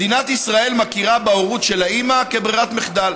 מדינת ישראל מכירה בהורות של האימא כברירת מחדל,